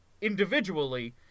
individually